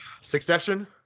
Succession